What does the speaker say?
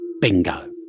Bingo